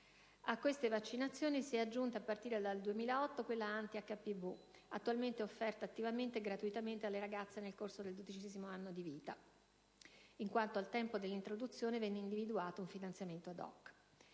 A queste vaccinazioni si è aggiunta, a partire dal 2008, quella anti-HPV, attualmente offerta attivamente e gratuitamente alle ragazze nel corso del dodicesimo anno di vita, in quanto al tempo dell'introduzione venne individuato un finanziamento *ad hoc*.